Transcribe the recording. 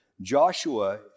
Joshua